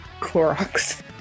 Clorox